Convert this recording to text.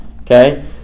Okay